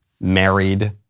married